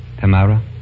Tamara